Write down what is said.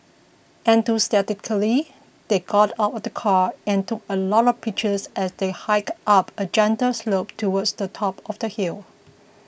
enthusiastically they got out of the car and took a lot of pictures as they hiked up a gentle slope towards the top of the hill